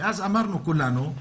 אמרנו כולנו,